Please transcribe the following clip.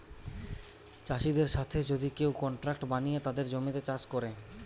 চাষিদের সাথে যদি কেউ কন্ট্রাক্ট বানিয়ে তাদের জমিতে চাষ করে